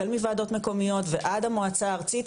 החל מוועדות מקומיות ועד המועצה הארצית,